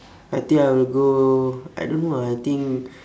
I think I'll go I don't know ah I think